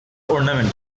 ornament